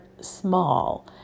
small